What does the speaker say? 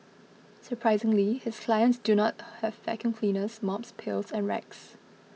surprisingly his clients do not have vacuum cleaners mops pails and rags